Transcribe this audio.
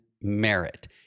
merit